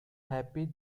happy